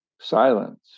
Silence